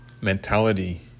mentality